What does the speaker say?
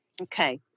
Okay